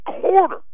quarter